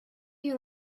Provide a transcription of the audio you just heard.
you